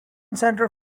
centre